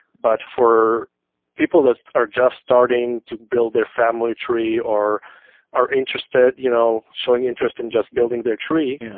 but for people that are just starting to build their family tree or are interested, you know showing interest in just building their tree.